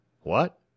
What